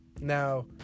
now